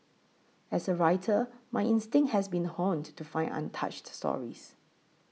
as a writer my instinct has been honed to find untouched stories